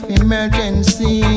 emergency